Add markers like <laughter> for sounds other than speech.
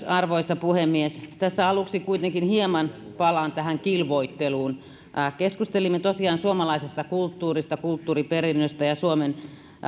<unintelligible> arvoisa puhemies tässä aluksi kuitenkin hieman palaan kilvoitteluun keskustelimme tosiaan suomalaisesta kulttuurista kulttuuriperinnöstä ja suomen